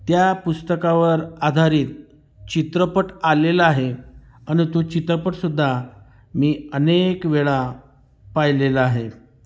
त्या पुस्तकावर आधारित चित्रपट आलेला आहे अन तो चित्रपटसुद्धा मी अनेक वेळा पाहिलेला आहे